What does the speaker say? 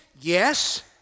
yes